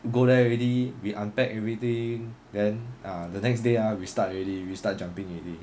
go there already we unpacked everything then ah the next day ah we start already we start jumping already